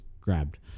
grabbed